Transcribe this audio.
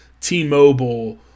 T-Mobile